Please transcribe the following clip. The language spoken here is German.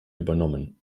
übernommen